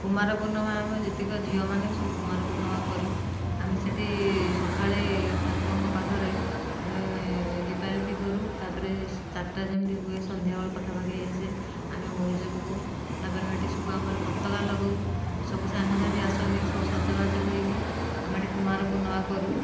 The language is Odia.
କୁମାରପୂର୍ଣ୍ଣିମା ଆମ ଯେତେକ ଝିଅମାନେ ସବୁ କୁମାରପୂର୍ଣ୍ଣିମା କରୁ ଆମେ ସେ'ଠି ସକାଳେ ଠାକୁରଙ୍କ ପାଖରେ ଆମେ ଲିପା ଲିପି କରୁ ତା'ପରେ ଚାରିଟା ଯେମିତି ହୁଏ ସନ୍ଧ୍ୟାବେଳ ପାଖା ପାଖି ହୋଇଆସେ ଆମେ ମୁରୁଜ ପକାଉ ତା'ପରେ ସେ'ଠି ସବୁ ଆମର ପତାକା ଲଗାଉ ସବୁ ସାଙ୍ଗସାଥୀ ଆସନ୍ତି ସବୁ ସଜ ବାଜ ହୋଇକି ଆମେ ଏ'ଠି କୁମାରପୂର୍ଣ୍ଣିମା କରୁ